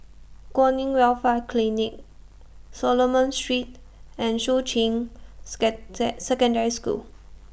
Kwan in Welfare Clinic Solomon Street and Shuqun skate The Secondary School